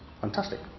Fantastic